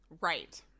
right